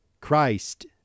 Christ